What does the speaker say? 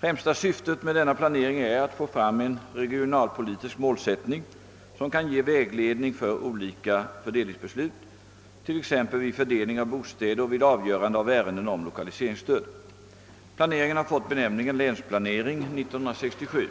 Främsta syftet med denna planering är att få fram en regionalpolitisk målsättning som kan ge vägledning för olika fördelningsbeslut, t.ex. vid fördelning av bostäder och vid avgörande av ärenden om lokaliseringsstöd. Planeringen har fått benämningen Länsplanering 1967.